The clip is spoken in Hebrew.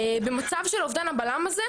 במצב של אובדן הבלם הזה,